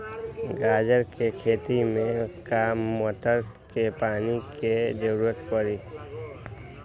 गाजर के खेती में का मोटर के पानी के ज़रूरत परी?